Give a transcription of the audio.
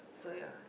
so ya